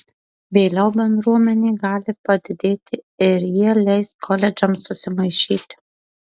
vėliau bendruomenė gali padidėti ir jie leis koledžams susimaišyti